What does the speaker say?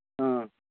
ꯑ